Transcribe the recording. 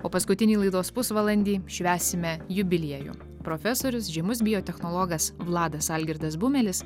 o paskutinį laidos pusvalandį švęsime jubiliejų profesorius žymus biotechnologas vladas algirdas bumelis